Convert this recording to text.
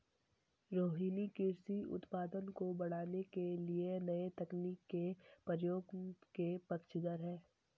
रोहिनी कृषि उत्पादन को बढ़ाने के लिए नए तकनीक के प्रयोग के पक्षधर है